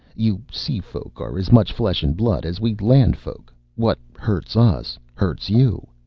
you seafolk are as much flesh and blood as we landfolk. what hurts us hurts you.